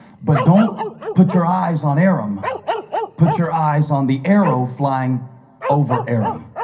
but don't put your eyes on aram put your eyes on the arrow flying over aram.